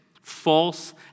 false